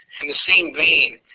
and the same vein,